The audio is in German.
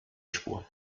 spur